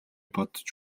бодож